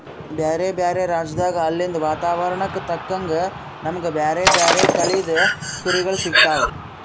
ಬ್ಯಾರೆ ಬ್ಯಾರೆ ರಾಜ್ಯದಾಗ್ ಅಲ್ಲಿಂದ್ ವಾತಾವರಣಕ್ಕ್ ತಕ್ಕಂಗ್ ನಮ್ಗ್ ಬ್ಯಾರೆ ಬ್ಯಾರೆ ತಳಿದ್ ಕುರಿಗೊಳ್ ಸಿಗ್ತಾವ್